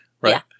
right